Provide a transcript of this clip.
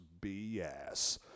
BS